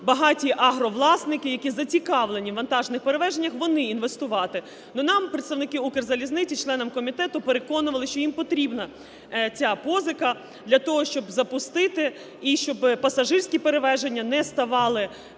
багатіагровласники, які зацікавлені у вантажних перевезеннях, вони інвестувати? Ну, нам представники "Укрзалізниці", членам комітету, переконували, що їм потрібна ця позика для того, щоб запустити і щоб пасажирські перевезення не ставали